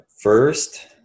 first